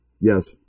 Yes